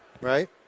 right